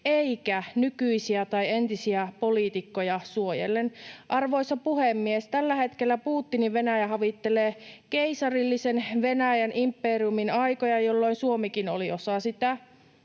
eikä nykyisiä tai entisiä poliitikkoja suojellen. Arvoisa puhemies! Tällä hetkellä Putinin Venäjä havittelee keisarillisen Venäjän imperiumin aikoja, jolloin Suomikin oli osa sitä.